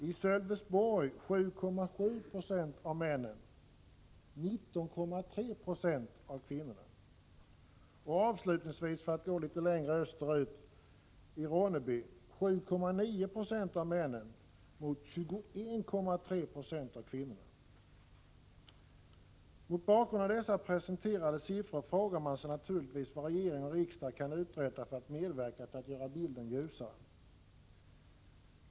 I Sölvesborg var 7,7 9o av männen och 19,3 96 av kvinnorna arbetslösa. För att gå litet längre österut var i Ronneby 7,9 96 av männen arbetslösa mot 21,3 20 av kvinnorna. Mot bakgrund av dessa presenterade siffror frågar man sig naturligtvis vad regering och riksdag kan uträtta för att medverka till att göra bilden ljusare.